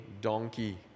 donkey